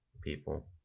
people